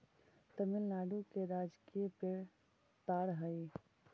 तमिलनाडु के राजकीय पेड़ ताड़ हई